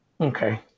Okay